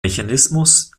mechanismus